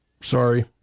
Sorry